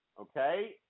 Okay